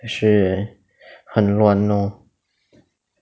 是很乱 lor